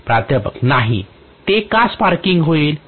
प्राध्यापक नाही ते का स्पार्क होईल